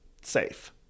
safe